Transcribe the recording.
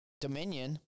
Dominion